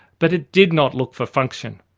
but it did not look for function.